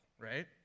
right